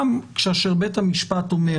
גם כאשר בית המשפט אומר